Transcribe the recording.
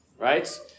right